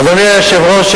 אדוני היושב-ראש,